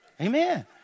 Amen